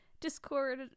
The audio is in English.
Discord